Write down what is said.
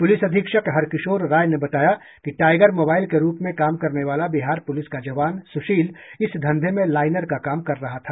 police अधीक्षक हरकिशोर राय ने बताया कि टाइगर मोबाइल के रूप में काम करने वाला बिहार पुलिस का जवान सुशील इस धंधे में लाइनर का काम कर रहा था